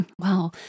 Wow